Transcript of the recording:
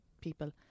people